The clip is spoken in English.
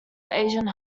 asian